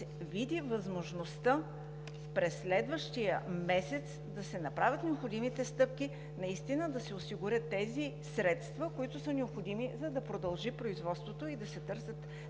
види възможността през следващия месец да се направят необходимите стъпки и да се осигурят тези средства, които са необходими, за да продължи производство и да се търсят